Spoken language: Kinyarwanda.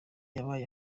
yabaye